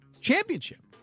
Championship